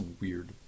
weird